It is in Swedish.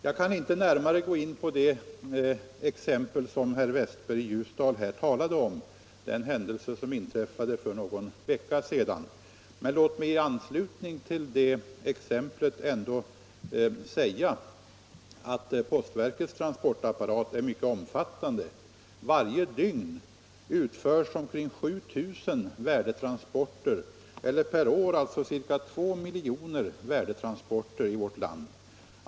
Jag kan inte närmare gå in på det exempel som herr Westberg i Ljusdal anförde — den händelse som inträffade för någon vecka sedan. Men låt mig i anslutning till det exemplet ändå säga att postverkets transportapparat är mycket omfattande. Varje dygn utförs omkring 7000 värdetransporter eller per år ca 2 miljoner värdetransporter i vårt land.